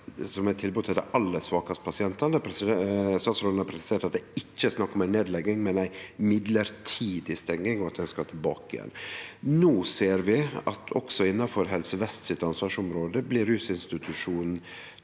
eit tilbod til dei aller svakaste pasientane, der statsråden har presisert at det ikkje er snakk om ei nedlegging, men ei mellombels stenging, og at posten skal tilbake igjen. No ser vi at innanfor Helse vest sitt ansvarsområde blir rusinstitusjonen